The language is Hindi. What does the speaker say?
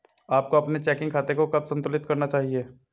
आपको अपने चेकिंग खाते को कब संतुलित करना चाहिए?